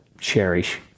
cherish